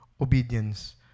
obedience